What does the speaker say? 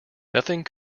nothing